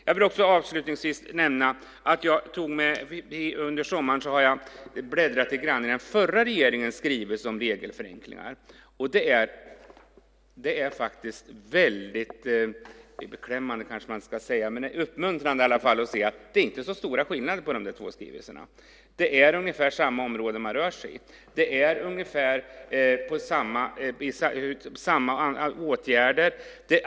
Jag vill avslutningsvis nämna att jag under sommaren har bläddrat i den förra regeringens skrivelse om regelförenklingar. Beklämmande kanske man inte ska säga utan att det är uppmuntrande att se att det inte är så stora skillnader på de två skrivelserna. Det är ungefär samma område som man rör sig i. Det är ungefär samma åtgärder.